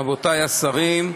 רבותי השרים,